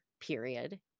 period